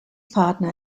partner